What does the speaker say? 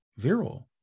viral